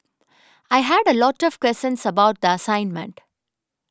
I had a lot of questions about the assignment